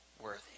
worthy